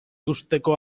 uzteko